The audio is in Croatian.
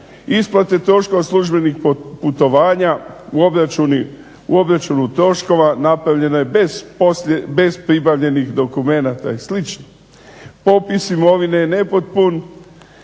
Isplate troškova službenih putovanja u obračunu troškova napravljano je bez pribavljenih dokumenta i sl. popis imovine je nepotpun